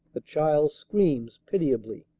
the child screams pitiably.